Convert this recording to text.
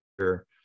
sure